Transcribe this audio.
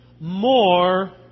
more